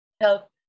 help